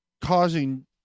causing